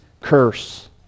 curse